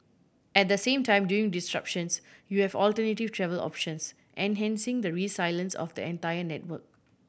at the same time during disruptions you have alternative travel options enhancing the resilience of the entire network